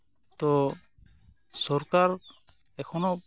ᱛᱚ ᱥᱚᱨᱠᱟᱨ ᱮᱠᱷᱚᱱᱳ